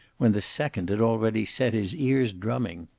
when the second had already set his ears drumming.